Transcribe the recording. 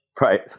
Right